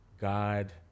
God